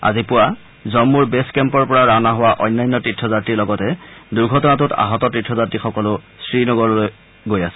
আজি পুৱা জম্মুৰ বেছ কেম্পৰ পৰা ৰাওনা হোৱা অন্যান্য তীৰ্থযাত্ৰীৰ লগতে দুৰ্ঘটনাটোত আহত তীৰ্থযাত্ৰীসকলো শ্ৰীনগৰলৈ গৈ আছিল